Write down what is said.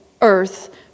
earth